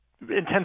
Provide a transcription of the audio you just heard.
intense